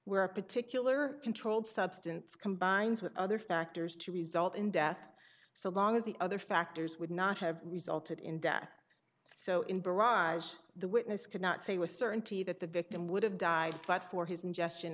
where a particular controlled substance combines with other factors to result in death so long as the other factors would not have resulted in death so in barrage the witness cannot say with certainty that the victim would have died but for his ingestion